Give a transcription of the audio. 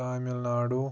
Tamil Nadu